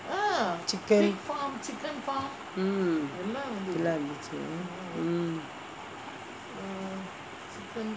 chicken எல்லாம் இருந்துச்சு:ellam irunthuchu mm